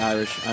Irish